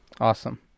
Awesome